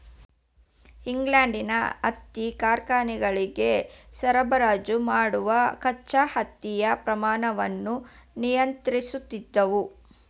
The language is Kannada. ಇಂಗ್ಲೆಂಡಿನ ಹತ್ತಿ ಕಾರ್ಖಾನೆಗಳಿಗೆ ಸರಬರಾಜು ಮಾಡುವ ಕಚ್ಚಾ ಹತ್ತಿಯ ಪ್ರಮಾಣವನ್ನು ನಿಯಂತ್ರಿಸುತ್ತಿದ್ದವು